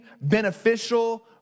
beneficial